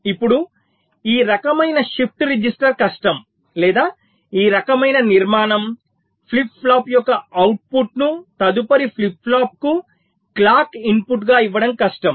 ఇప్పుడు ఈ రకమైన షిఫ్ట్ రిజిస్టర్ కష్టం లేదా ఈ రకమైన నిర్మాణం ఫ్లిప్ ఫ్లాప్ యొక్క అవుట్పుట్ ను తదుపరి ఫ్లిప్ ఫ్లాప్ కు క్లాక్ ఇన్పుట్గా ఇవ్వడం కష్టం